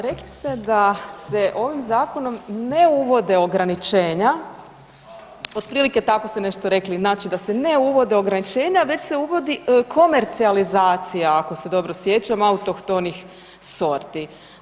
Rekli ste da se ovim zakonom ne uvode ograničenja, otprilike tako ste nešto rekli, znači da se ne uvode ograničenja već se uvodi komercionalizacija ako se dobro sjećam, autohtonih sorti.